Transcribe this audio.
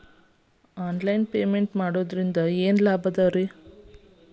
Online ನಿಂದ payment ಮಾಡುವುದರಿಂದ ಏನು ಲಾಭ?